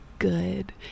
Good